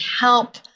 help